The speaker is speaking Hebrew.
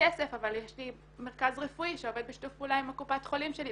כסף אבל יש לי מרכז רפואי שעובד בשיתוף פעולה עם קופת החולים שלי.